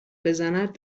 بزند